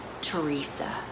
teresa